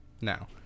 Now